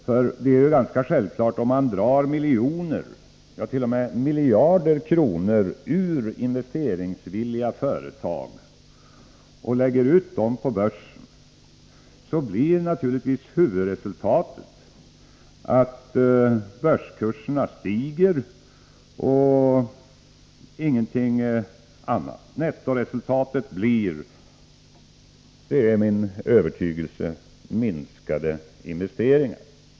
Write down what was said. Det är nämligen ganska självklart, att om man drar miljoner, ja, t.o.m. miljarder kronor ur investeringsvilliga företag och lägger ut dem på börsen, blir huvudresultatet enbart att börskurserna stiger. Nettoresultatet blir — det är min övertygelse — minskade investeringar.